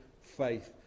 faith